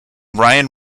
ryan